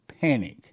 Panic